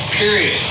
period